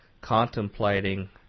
contemplating